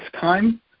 time